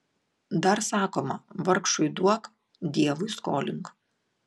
dar sakoma vargšui duok dievui skolink